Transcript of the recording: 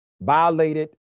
violated